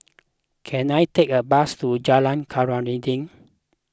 can I take a bus to Jalan Khairuddin